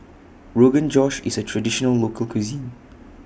Rogan Josh IS A Traditional Local Cuisine